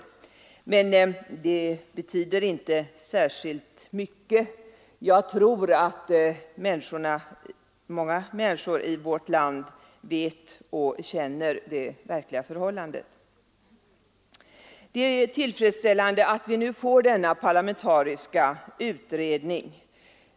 Men det betyder inte så mycket. Jag tror att många människor i vårt land vet och känner det verkliga förhållandet. Det är tillfredsställande att vi nu får denna parlamentariska utredning.